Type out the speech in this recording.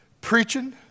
preaching